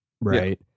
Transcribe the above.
right